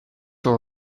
were